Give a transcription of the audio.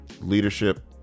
leadership